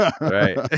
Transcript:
Right